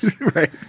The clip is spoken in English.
Right